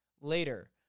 later